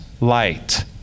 light